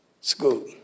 school